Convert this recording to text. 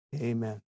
Amen